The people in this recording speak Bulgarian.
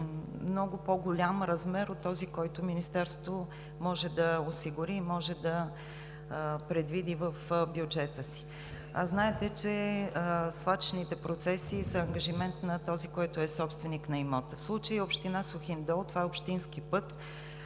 много по-голям размер от този, който Министерството може да осигури и да предвиди в бюджета си. Знаете, че свлачищните процеси са ангажимент на този, който е собственик на имота. В случая е община Сухиндол и това е общински път